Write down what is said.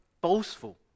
boastful